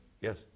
Yes